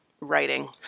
writing